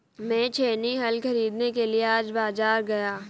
मैं छेनी हल खरीदने के लिए आज बाजार गया